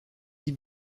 des